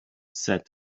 said